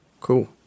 Cool